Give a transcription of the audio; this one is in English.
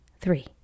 three